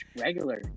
regular